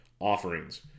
offerings